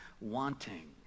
wanting